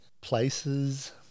places